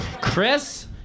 Chris